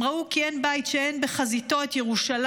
הם ראו כי אין בית שאין בחזיתו את ירושלים,